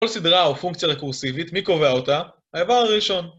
כל סדרה או פונקציה רקורסיבית, מי קובע אותה? האיבר הראשון.